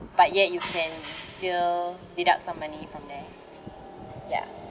but yet you can still deduct some money from there ya